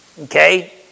Okay